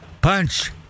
Punch